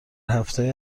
هفتههای